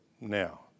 Now